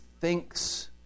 thinks